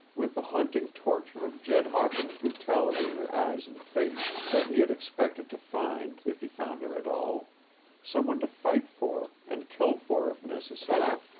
with the haunting torture of jed hawkins' brutality in her eyes and face, that he had expected to find, if he found her at all someone to fight for, and kill for if necessary,